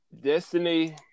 Destiny